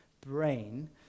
brain